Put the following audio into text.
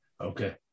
okay